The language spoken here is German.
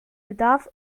bedarf